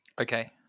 Okay